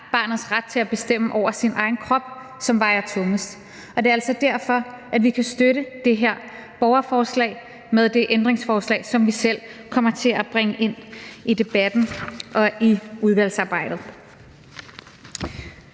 barnets ret til at bestemme over sin egen krop, som vejer tungest. Det er altså derfor, at vi kan støtte det her borgerforslag med det ændringsforslag, som vi selv kommer til at bringe ind i debatten i udvalgsarbejdet.